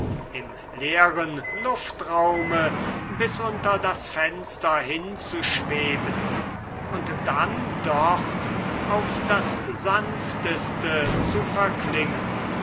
im leeren luftraume bis unter das fenster hinzuschweben und dann dort auf das sanfteste zu verklingen